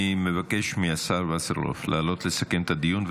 אני מבקש מהשר וסרלאוף לעלות לסכם את הדיון,